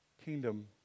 kingdom